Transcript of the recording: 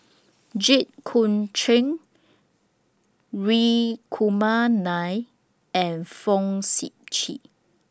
Jit Koon Ch'ng Hri Kumar Nair and Fong Sip Chee